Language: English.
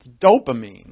Dopamine